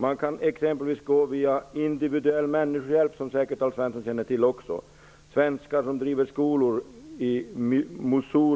Man kan exempelvis gå via Individuell Människohjälp, som säkert Alf Svensson känner till, som driver skolor